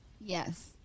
Yes